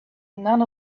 none